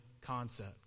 concept